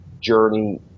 journey